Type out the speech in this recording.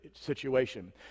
situation